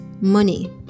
money